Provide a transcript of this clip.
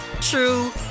true